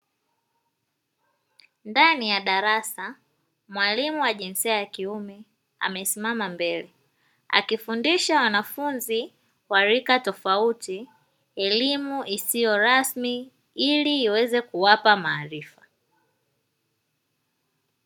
Ndani ya darasa mwalimu wa jinsia ya kiume amesimama mbele, akifundisha wanafunzi wa rika tofauti elimu isiyo rasmi ili iweze kuwapa maarifa.